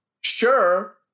Sure